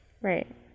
Right